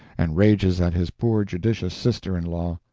and rages at his poor judicious sister-in-law.